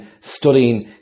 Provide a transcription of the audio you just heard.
studying